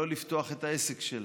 לא לפתוח את העסק שלהם,